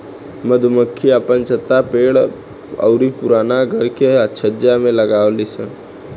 मधुमक्खी आपन छत्ता पेड़ अउरी पुराना घर के छज्जा में लगावे लिसन